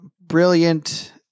brilliant